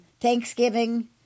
Thanksgiving